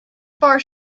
far